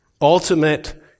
ultimate